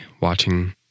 watching